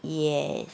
ya